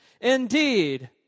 Indeed